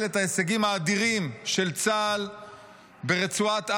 את ההישגים האדירים של צה"ל ברצועת עזה,